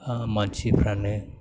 मानसिफोरानो